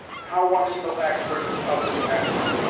how one evil act brings others a'ter it!